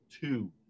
two